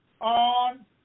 on